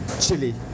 chili